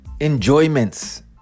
enjoyments